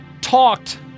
talked